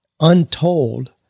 untold